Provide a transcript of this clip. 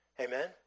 Amen